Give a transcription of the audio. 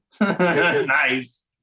Nice